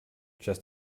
just